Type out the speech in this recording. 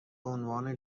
بهعنوان